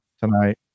tonight